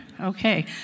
Okay